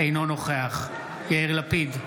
אינו נוכח יאיר לפיד,